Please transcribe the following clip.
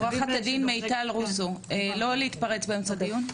עו"ד מיטל רוסו, לא להתפרץ באמצע דיון,